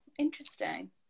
Interesting